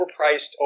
overpriced